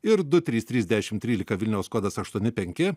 ir du trys trys dešimt trylika vilniaus kodas aštuoni penki